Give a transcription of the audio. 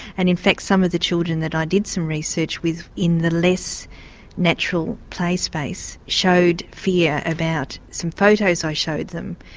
and in fact some of the children that i did some research with in the less natural play space showed fear about some photos i showed them.